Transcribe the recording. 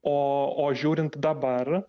o o žiūrint dabar